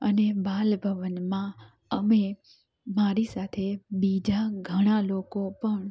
અને બાલભવનમાં અમે મારી સાથે બીજા ઘણાં લોકો પણ